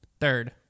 Third